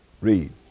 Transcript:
Read